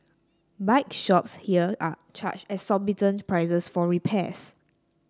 bike shops here are charge exorbitant prices for repairs